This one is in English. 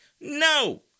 No